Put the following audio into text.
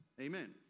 Amen